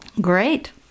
Great